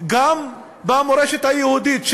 גם במורשת היהודית,